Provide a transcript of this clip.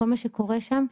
כל מה שקורה שם,